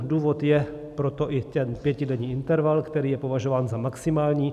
Důvod je pro to i ten pětidenní interval, který je považován za maximální.